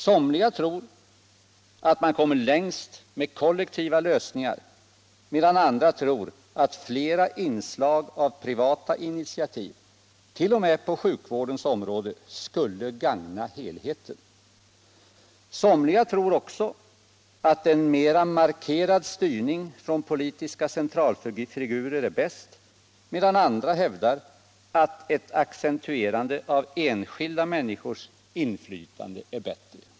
Somliga tror att man kommer längst med kollektiva lösningar medan andra tror att flera inslag av privata initiativ t.o.m. på sjukvårdens område skulle gagna helheten. Somliga tror också att en mera markerad styrning från politiska centralfigurer är bäst medan andra hävdar att ett accentuerande av enskilda människors inflytande är bättre.